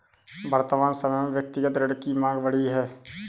वर्तमान समय में व्यक्तिगत ऋण की माँग बढ़ी है